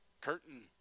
curtain